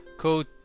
called